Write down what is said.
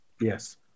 Yes